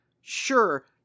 sure